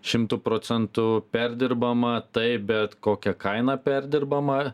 šimtu procentų perdirbama taip bet kokia kaina perdirbama